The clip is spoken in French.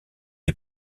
est